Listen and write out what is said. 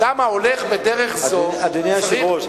אמרתי לו שיוותר.